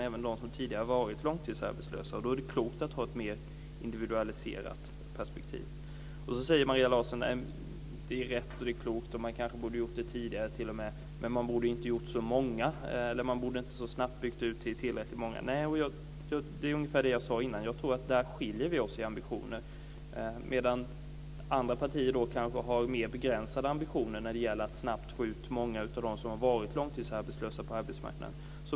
Det gäller även dem som tidigare har varit långtidsarbetslösa. Då är det klokt att ha ett mer individualiserat perspektiv. Maria Larsson säger att det är rätt och klokt att införa aktivitetsgaranti, och att man kanske t.o.m. borde ha gjort det tidigare. Men man borde inte så snabbt ha byggt den utan haft tillräckligt många i garantin. Det är ungefär det jag sade innan. Där skiljer vi oss i ambitionen. Andra partier kanske har mer begränsade ambitioner att snabbt få ut många av dem som har varit långtidsarbetslösa på arbetsmarknaden.